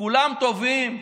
כולם טובים?